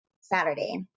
Saturday